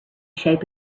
shape